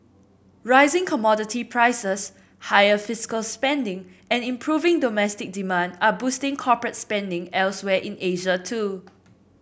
rising commodity prices higher fiscal spending and improving domestic demand are boosting corporate spending elsewhere in Asia too